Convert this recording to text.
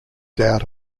doubt